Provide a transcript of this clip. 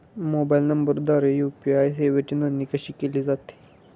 Mobile नंबरद्वारे UPI सेवेची नोंदणी कशी केली जाते?